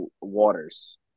waters